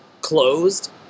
closed